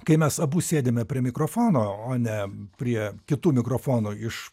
kai mes abu sėdime prie mikrofono o ne prie kitų mikrofonų iš